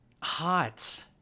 hot